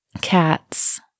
Cats